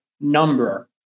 number